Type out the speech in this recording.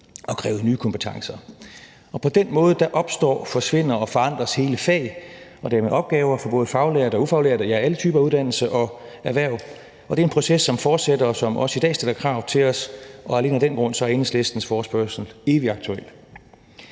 og krævede nye kompetencer. På den måde opstår, forsvinder og forandres hele fag og derved opgaver for både faglærte og ufaglærte – ja, alle typer uddannelse og erhverv – og det er en proces, som fortsætter, og som også i dag stiller krav til os. Alene af den grund er Enhedslistens forespørgsel evigt aktuel.